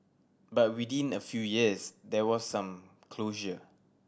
but within a few years there was some closure